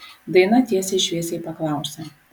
daina tiesiai šviesiai paklausė